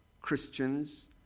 Christians